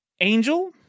Angel